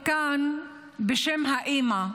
האימא,